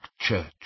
church